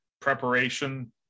preparation